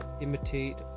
imitate